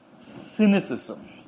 cynicism